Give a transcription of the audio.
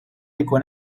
jkun